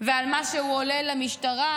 ועל מה שהוא עולל למשטרה,